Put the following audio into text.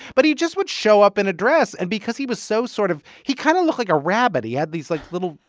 but he just would show up in a dress, and because he was so sort of he kind of looked like a rabbit. he had these, like, little,